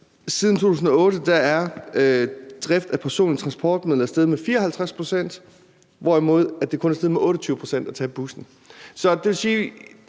siden 2008 er drift af personlige transportmidler steget med 54 pct., hvorimod det kun er steget med 28 pct. at tage bussen.